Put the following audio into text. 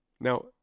Now